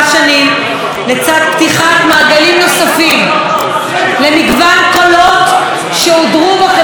לצד פתיחת מעגלים נוספים למגוון קולות שהודרו בחברה הישראלית.